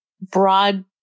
broad